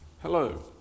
Hello